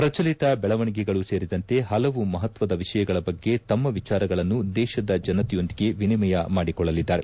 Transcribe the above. ಪ್ರಚಲಿತ ದೆಳವಣಿಗೆಗಳು ಸೇರಿದಂತೆ ಹಲವು ಮಹತ್ವದ ವಿಷಯಗಳ ಬಗ್ಗೆ ತಮ್ಮ ವಿಚಾರಗಳನ್ನು ದೇಶದ ಜನತೆಯೊಂದಿಗೆ ವಿನಿಮಯ ಮಾಡಿಕೊಳ್ಳಲಿದ್ದಾರೆ